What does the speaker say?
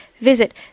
Visit